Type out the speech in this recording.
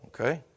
Okay